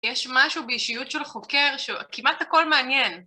יש משהו באישיות של החוקר שכמעט הכל מעניין.